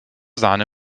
sahne